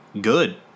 good